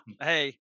Hey